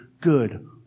good